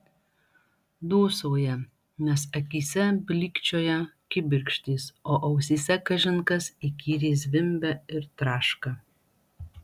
dūsauja nes akyse blykčioja kibirkštys o ausyse kažin kas įkyriai zvimbia ir traška